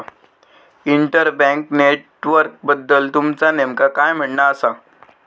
inter bank नेटवर्कबद्दल तुमचा नेमक्या काय म्हणना आसा